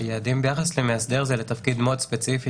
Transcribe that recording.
היעדים ביחס למאסדר הם לתפקיד ספציפי